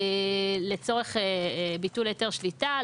לצורך ביטול היתר שליטה.